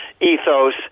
ethos